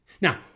Now